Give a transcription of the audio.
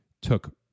took